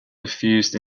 refused